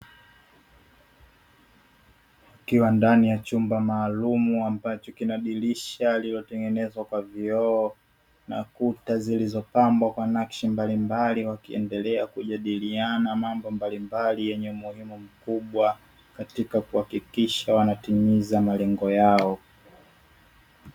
Ikiwa ndani ya chumba maalumu chenye dirisha lililotengenezwa kwa vioo na kuta zilizopambwa kwa nakshi mbalimbali, wakiendelea kujadiliana mambo muhimu yanayosaidia kuhakikisha wanatimiza malengo yao.